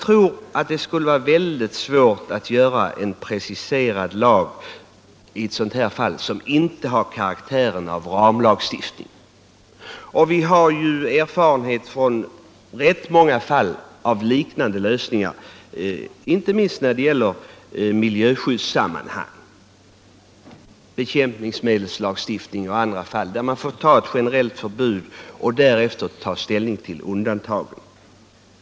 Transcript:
Det skulle vara mycket svårt att i ett fall som detta utarbeta en preciserad lag, som inte har karaktären av ramlagstiftning. Vi har ju erfarenhet av liknande lösningar i rätt många fall, inte minst i miljöskyddssammanhang när det gällt exempelvis bekämpningsmedelslagstiftning, där först ett generellt förbud införts och därefter ställning tagits till undantagen.